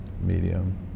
medium